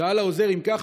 שאל העוזר: אם כך,